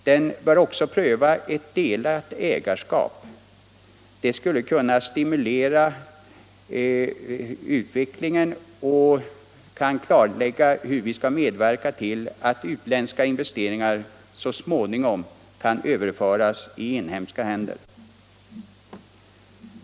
Den bör också pröva hur ett delat ägarskap skall kunna stimuleras och hur vi skall medverka till att utländska investeringar så småningom överförs i inhemska händer.